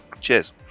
Cheers